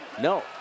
No